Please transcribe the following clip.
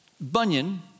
Bunyan